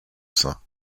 sein